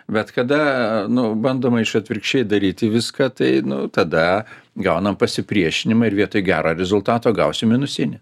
bet kada nu bandoma iš atvirkščiai daryti viską tai nuo tada gaunam pasipriešinimą ir vietoj gero rezultato gausim minusinį